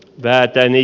vääpeli